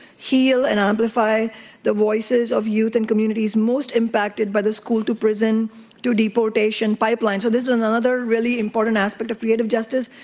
heal, and amplify the voices of youth in communities most impacted by the school to prison to deportation pipeline. so this is another really important aspect of creative justice,